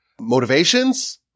motivations